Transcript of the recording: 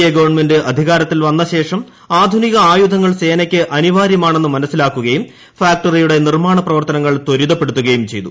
A government അധികാരത്തിൽ വന്ന ശേഷം ആധുനിക ആയുധങ്ങൾ സേനയ്ക്ക് അനിവാര്യമാണെന്ന് മനസ്സിലാക്കുകയും ഫാക്ടറിയുടെ നിർമ്മാണ പ്രവർത്തനങ്ങൾ ത്വരിതപ്പെടുത്തുകയും ചെയ്തു